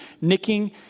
nicking